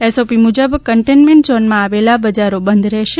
SOP મુજબ containment ઝોનમાં આવેલા બજારી બંધ રહેશે